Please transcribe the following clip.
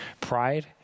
pride